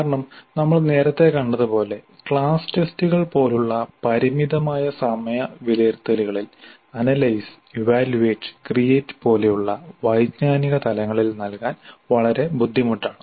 കാരണം നമ്മൾ നേരത്തെ കണ്ടതുപോലെ ക്ലാസ് ടെസ്റ്റുകൾ പോലുള്ള പരിമിതമായ സമയ വിലയിരുത്തലുകളിൽ അനലൈസ്ഇവാല്യുവേറ്റ് ക്രിയേറ്റ് പോലെയുള്ള വൈജ്ഞാനിക തലങ്ങളിൽ നൽകാൻ വളരെ ബുദ്ധിമുട്ടാണ്